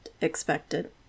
expected